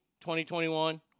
2021